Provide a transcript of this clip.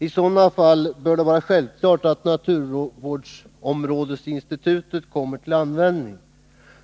I sådana fall bör det vara självklart att naturvårdsområdesinstitutet kommer till användning.